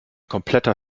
kompletter